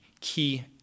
key